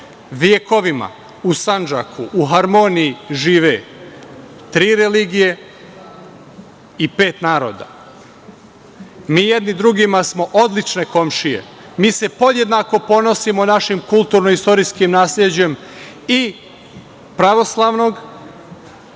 vekovima. U Sandžaku u haromniji žive tri religije i pet naroda. Mi jedni drugima smo odlične komšije. Mi se podjednako ponosimo našim kulturno-istorijskim nasleđem i pravoslavnog